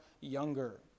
younger